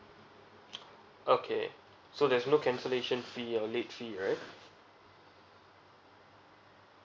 okay so there's no cancellation fee or late fee right